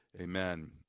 Amen